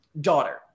daughter